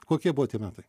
kokie buvo tie metai